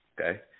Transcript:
Okay